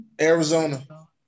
Arizona